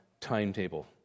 timetable